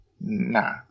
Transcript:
Nah